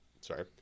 sorry